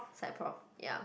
side prof ya